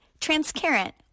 Transparent